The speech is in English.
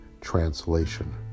translation